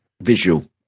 Visual